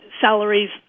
salaries